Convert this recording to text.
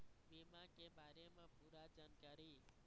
बीमा के बारे म पूरा जानकारी?